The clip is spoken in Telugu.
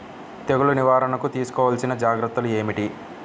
తెగులు నివారణకు తీసుకోవలసిన జాగ్రత్తలు ఏమిటీ?